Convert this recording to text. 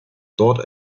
dort